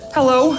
Hello